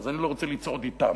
אז אני לא רוצה לצעוד אתם.